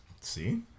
See